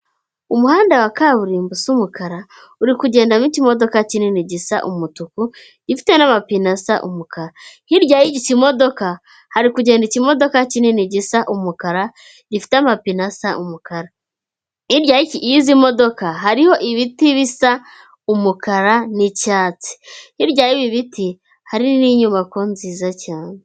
Umuhanda wa kaburimbo usa umukara uri kugendamo imodoka kinini gisa umutuku gifite n'amapine y'umukara umukara, hirya y'iki kimodoka hari kugendamo ikimodoka gisa umukara gifite amapine asa umukara, hirya y'izi modoka hariho ibiti bisa umukara n'icyatsi, hirya y'ibibiti hari n'inyubako nziza cyane.